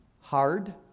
hard